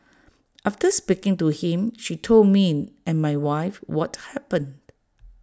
after speaking to him she told me and my wife what happened